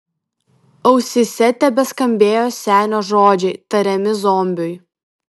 ausyse tebeskambėjo senio žodžiai tariami zombiui